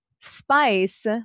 Spice